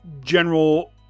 general